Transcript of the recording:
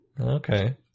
Okay